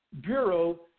Bureau